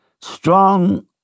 strong